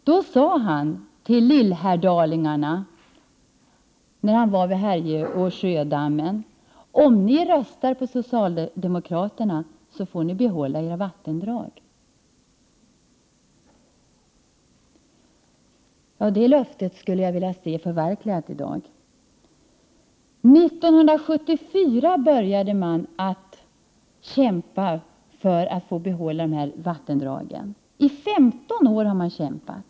Då sade han till lillhärdalingarna: ”Om ni röstar på socialdemokraterna, då får ni behålla era vattendrag.” Det löftet skulle jag vilja se förverkligat i dag. 1974 började man att kämpa för att få behålla dessa vattendrag. I 15 år har man nu kämpat.